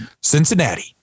Cincinnati